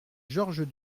georges